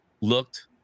looked